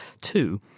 Two